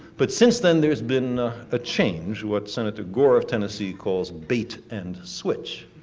but since then there's been a change, what senator gore of tennessee calls bait and switch.